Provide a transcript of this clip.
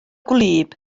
gwlyb